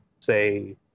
say